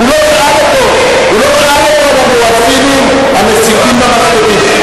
הוא לא שאל אותו על המואזינים המסיתים במסגדים,